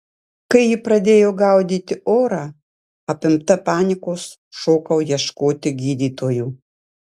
kai ji pradėjo gaudyti orą apimta panikos šokau ieškoti gydytojų